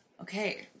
Okay